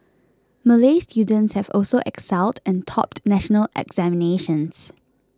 Malay students have also excelled and topped national examinations